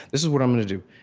this is what i'm going to do.